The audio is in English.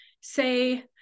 say